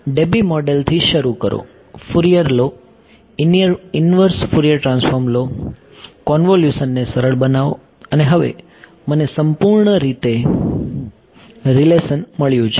Debye મોડલથી શરૂ કરો ફૉરિયર લો ઇન્વર્સ ફૉરિયર ટ્રાન્સફોર્મ લો કન્વૉલ્યુશનને સરળ બનાવો અને હવે મને સંપૂર્ણ રીતે રીલેશન મળ્યો છે